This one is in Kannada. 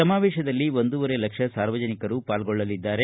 ಸಮಾವೇಶದಲ್ಲಿ ಒಂದೂವರೆ ಲಕ್ಷ ಸಾರ್ವಜನಿಕರು ಪಾಲ್ಗೊಳ್ಳಲಿದ್ದಾರೆ